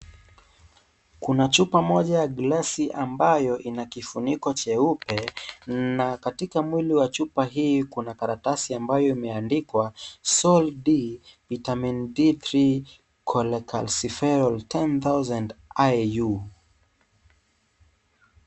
Kuna chupa moja ya glasi ambayo ina kifuniko jeupe na katika mwili wa chupa hii kuna karatasi ambayo imeandikwa, Sol-D vitamin D3 cholecalifural 10000Au